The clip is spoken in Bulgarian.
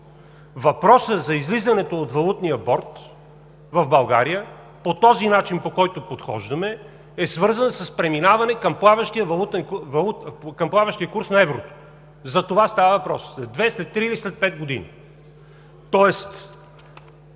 Въпросът за излизането от валутния борд в България по този начин, по който подхождаме, е свързан с преминаване към плаващия курс на еврото. За това става въпрос – след две, след три или след пет години. Тоест